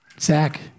Zach